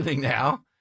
now